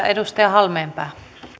edustaja halmeenpää